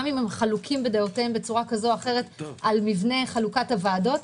גם אם הם חלוקים על מבנה חלוקת הוועדות.